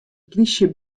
plysje